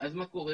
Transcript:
אז מה קורה?